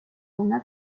una